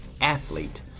athlete